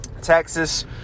Texas